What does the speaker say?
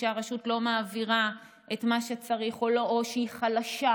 שהרשות לא מעבירה את מה שצריך או שהיא חלשה,